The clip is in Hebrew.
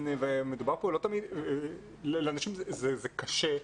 זה קשה,